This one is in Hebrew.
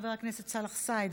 חבר הכנסת סאלח סעד,